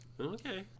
Okay